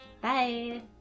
Bye